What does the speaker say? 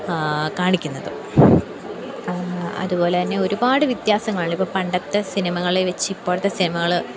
കാണിക്കുന്നത് അതുപോലെത്തന്നെ ഒരുപാട് വ്യത്യാസങ്ങളുണ്ട് ഇപ്പം പണ്ടത്തെ സിനിമകളെ വെച്ച് ഇപ്പോഴത്തെ സിനിമകൾ